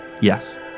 yes